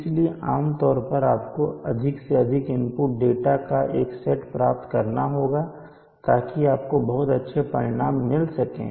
इसलिए आम तौर पर आपको अधिक से अधिक इनपुट डेटा का एक सेट प्राप्त करना होगा ताकि आपको बहुत अच्छे परिणाम मिल सकें